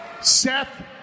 Seth